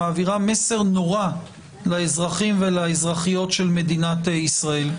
שמעבירה מסר נורא לאזרחים ולאזרחיות של מדינת ישראל.